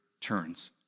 turns